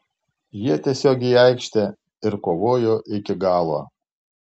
jie tiesiog į aikštę ir kovojo iki galo